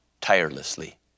tirelessly